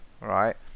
right